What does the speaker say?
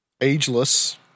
Ageless